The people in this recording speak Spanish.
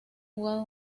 jugado